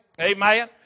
Amen